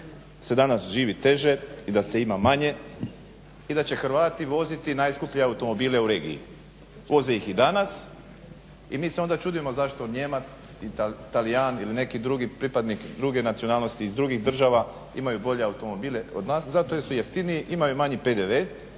se danas živi teže i da se ima manje i da će Hrvati voziti najskupljije automobile u regiji. Voze ih i danas i mi se onda čudimo zašto Nijemac, Talijan ili neki drugi pripadnik druge nacionalnosti iz drugih država imaju bolje automobile od nas zato jer su jeftiniji, imaju manji PDV,